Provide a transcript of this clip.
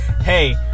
Hey